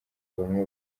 bamwe